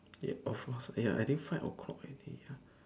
ya of course !aiya! I think five o-clock already ya